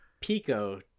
pico